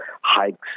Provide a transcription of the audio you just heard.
hikes